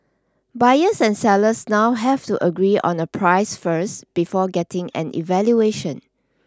buyers and sellers now have to agree on a price first before getting an evaluation